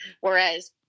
Whereas